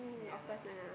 ya lah